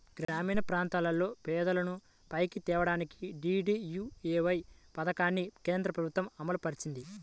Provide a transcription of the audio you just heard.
గ్రామీణప్రాంతాల్లో పేదలను పైకి తేడానికి డీడీయూఏవై పథకాన్ని కేంద్రప్రభుత్వం అమలుపరిచింది